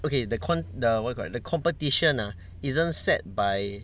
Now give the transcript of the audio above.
okay the com~ err what you call that the competition ah isn't set by